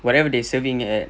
whatever they serving at